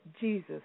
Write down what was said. Jesus